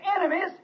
enemies